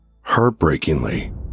heartbreakingly